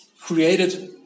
created